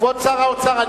כבוד שר האוצר,